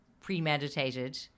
Premeditated